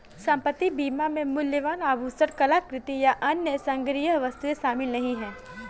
संपत्ति बीमा में मूल्यवान आभूषण, कलाकृति, या अन्य संग्रहणीय वस्तुएं शामिल नहीं हैं